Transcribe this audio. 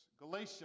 Galatia